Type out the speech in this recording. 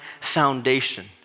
foundation